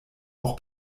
auch